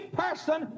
person